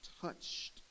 touched